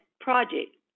project